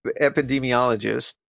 epidemiologist